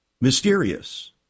mysterious